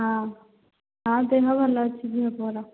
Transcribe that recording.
ହଁ ହଁ ଦେହ ଭଲ ଅଛି ଝିଅ ପୁଅର